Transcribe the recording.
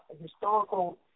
historical